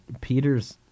Peter's